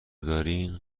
دارین